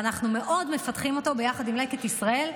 ואנחנו מאוד מפתחים אותו ביחד עם לקט ישראל,